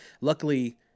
luckily